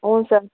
ಹ್ಞೂ ಸರ್